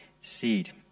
seed